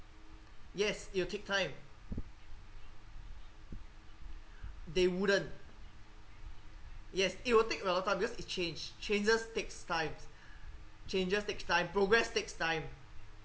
yes it will take time they wouldn't yes it will take a very long time because it change changes takes times changes takes time progress takes time